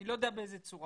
אני לא יודע באיזה צורה,